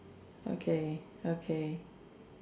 okay okay